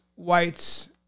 white's